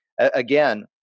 again